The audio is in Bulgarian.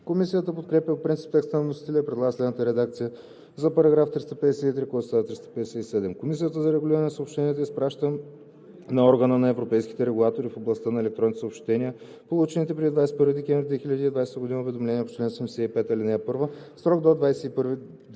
Комисията подкрепя по принцип текста на вносителя и предлага следната редакция за § 353, който става § 357: „§ 357. Комисията за регулиране на съобщенията изпраща на Органа на европейските регулатори в областта на електронните съобщения получените преди 21 декември 2020 г. уведомления по чл. 75, ал. 1 в срок до 21 декември